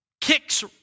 kicks